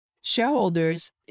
shareholders